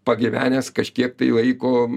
pagyvenęs kažkiek tai laiko